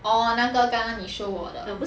orh 那个刚刚你 show 我的